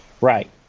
Right